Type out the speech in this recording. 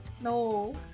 No